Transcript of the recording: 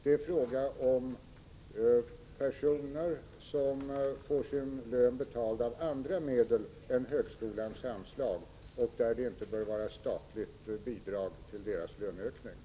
Det är fråga om personer som får sin lön betald genom andra medel än högskolornas anslag, och då behövs det inte statligt bidrag till löneökningarna.